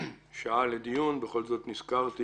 נזכרתי